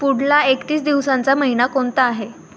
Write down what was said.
पुढला एकतीस दिवसांचा महिना कोणता आहे